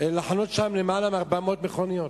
להחנות שם יותר מ-400 מכוניות.